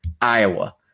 Iowa